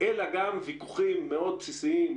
אלא גם ויכוחים מאוד בסיסיים,